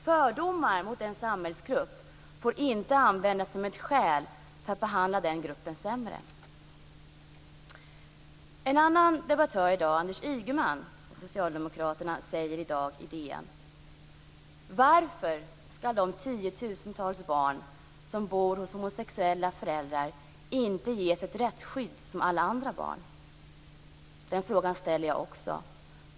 Fördomar mot en samhällsgrupp får inte användas som ett skäl för att behandla den gruppen sämre. En annan debattör i dag, socialdemokraten Anders Ygeman, säger i dag i Dagens Nyheter: Varför skall de tiotusentals barn som bor hos homosexuella föräldrar inte ges ett rättsskydd som alla andra barn? Den frågan ställer jag också.